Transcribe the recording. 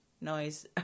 noise